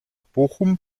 bochum